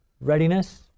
readiness